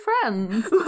friends